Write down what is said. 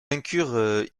incur